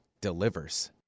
delivers